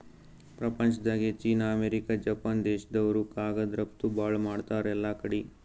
ಪ್ರಪಂಚ್ದಾಗೆ China, America, Japan ದೇಶ್ದವ್ರು ಕಾಗದ್ ರಫ್ತು ಭಾಳ್ ಮಾಡ್ತಾರ್ ಎಲ್ಲಾಕಡಿ